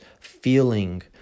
feeling